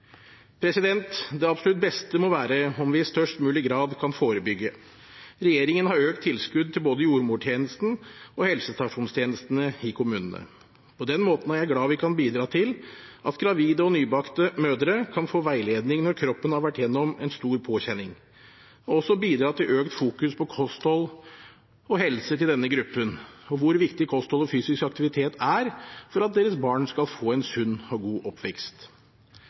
Det absolutt beste må være om vi i størst mulig grad kan forebygge. Regjeringen har økt tilskudd til både jordmortjenesten og helsestasjonstjenestene i kommunene. På den måten er jeg glad vi kan bidra til at gravide og nybakte mødre kan få veiledning når kroppen har vært igjennom en stor påkjenning, og også bidra til økt fokus på kosthold og helse til denne gruppen – og hvor viktig kosthold og helse er for at deres barn skal få en sunn og god oppvekst.